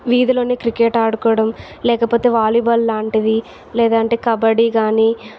వీధిలోనే cricket ఆడుకోవడం లేకపోతే volleyball లాంటివి లేదా కబడీ కానీ